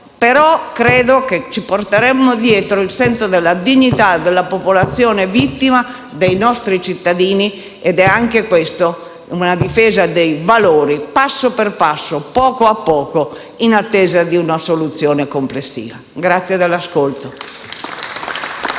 però credo che ci porteremmo dietro il senso della dignità della popolazione vittima e dei nostri cittadini. Anche questa è una difesa dei valori passo per passo, poco a poco, in attesa di una soluzione complessiva. *(Applausi